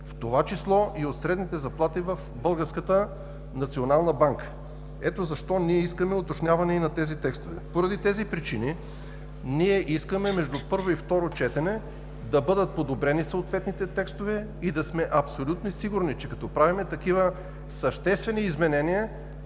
в това число и от средните заплати в Българската народна банка. Ето защо ние искаме уточняване на тези текстове. Поради тези причини искаме между първо и второ четене да бъдат подобрени съответните текстове и да сме абсолютно сигурни, че като правим такива съществени изменения